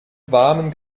warmen